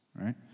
right